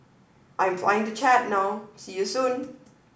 I'm flying to Chad now see you soon